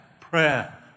prayer